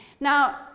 Now